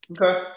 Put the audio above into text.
Okay